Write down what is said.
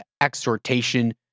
exhortation